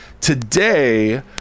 today